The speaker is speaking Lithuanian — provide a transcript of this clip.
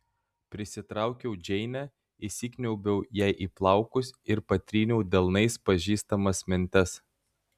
prisitraukiau džeinę įsikniaubiau jai į plaukus ir patryniau delnais pažįstamas mentes